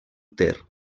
ter